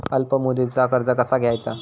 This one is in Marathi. अल्प मुदतीचा कर्ज कसा घ्यायचा?